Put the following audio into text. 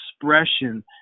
expression